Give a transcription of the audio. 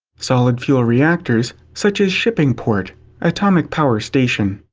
solid fuel reactors such as shippingport atomic power station.